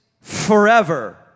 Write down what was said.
forever